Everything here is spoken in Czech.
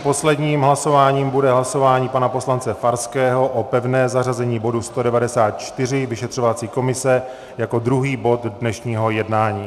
Posledním hlasováním bude hlasování pana poslance Farského o pevné zařazení bodu 194, vyšetřovací komise, jako druhý bod dnešního jednání.